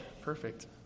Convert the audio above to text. Perfect